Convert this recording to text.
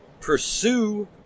pursue